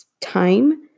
time